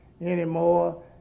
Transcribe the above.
anymore